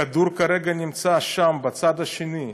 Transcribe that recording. הכדור כרגע נמצא שם, בצד השני.